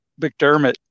McDermott